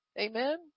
Amen